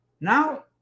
Now